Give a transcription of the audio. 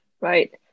Right